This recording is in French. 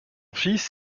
fils